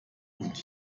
und